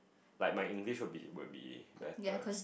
like my English would be would be better